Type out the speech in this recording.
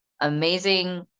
amazing